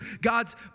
God's